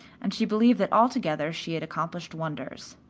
and she believed that altogether she had accomplished wonders.